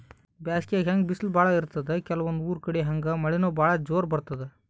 ಬ್ಯಾಸ್ಗ್ಯಾಗ್ ಹೆಂಗ್ ಬಿಸ್ಲ್ ಭಾಳ್ ಇರ್ತದ್ ಕೆಲವಂದ್ ಊರ್ ಕಡಿ ಹಂಗೆ ಮಳಿನೂ ಭಾಳ್ ಜೋರ್ ಬರ್ತದ್